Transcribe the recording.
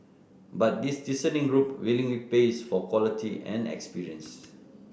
but this discerning group willingly pays for quality and experience